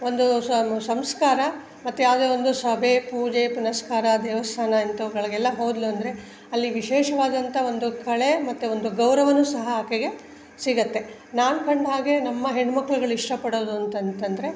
ಒಂದು ಸಂಸ್ಕಾರ ಮತ್ತು ಯಾವುದೇ ಒಂದು ಸಭೆ ಪೂಜೆ ಪುನಸ್ಕಾರ ದೇವಸ್ಥಾನ ಇಂಥವ್ಗಳಿಗೆಲ್ಲ ಹೋದಳು ಅಂದರೆ ಅಲ್ಲಿ ವಿಶೇಷವಾದಂಥ ಒಂದು ಕಳೆ ಮತ್ತೆ ಒಂದು ಗೌರವನೂ ಸಹ ಆಕೆಗೆ ಸಿಗುತ್ತೆ ನಾನು ಕಂಡ ಹಾಗೆ ನಮ್ಮ ಹೆಣ್ಣು ಮಕ್ಳುಗಳು ಇಷ್ಟಪಡೋದು ಅಂತ ಅಂತಂದ್ರೆ